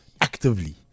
actively